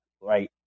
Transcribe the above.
right